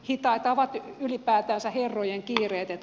hitaita ovat ylipäätänsä herrojen kiireet